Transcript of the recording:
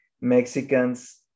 Mexicans